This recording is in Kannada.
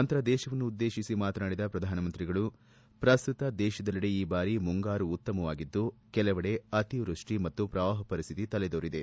ನಂತರ ದೇಶವನ್ನುದ್ದೇಶಿಸಿ ಮಾತನಾಡಿದ ಪ್ರಧಾನ ಮಂತ್ರಿಗಳು ಪ್ರಸ್ತುತ ದೇಶದಲ್ಲೆಡೆ ಈ ಬಾರಿ ಮುಂಗಾರು ಉತ್ತಮವಾಗಿದ್ದು ಕೆಲವೆಡೆ ಅತಿವ್ಯಸ್ಟಿ ಮತ್ತು ಪ್ರವಾಹ ಪರಿಸ್ಥಿತಿ ತಲೆದೋರಿದೆ